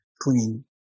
clean